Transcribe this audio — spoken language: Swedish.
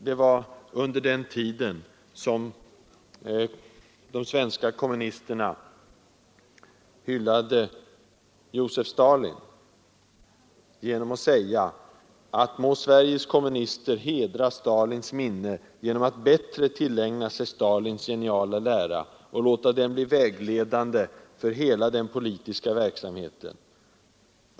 Det var under den tiden som de svenska kommunisterna hyllade Josef Stalin med orden: ”Må Sveriges kommunister hedra Stalins minne genom att bättre tillägna sig Stalins geniala lära och låta den bli vägledande för hela den politiska verksamheten.